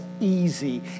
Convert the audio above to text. easy